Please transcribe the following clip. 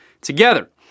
together